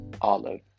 Olive